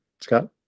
Scott